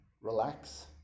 relax